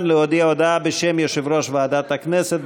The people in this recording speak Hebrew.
להודיע הודעה בשם יושב-ראש ועדת הכנסת.